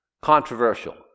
controversial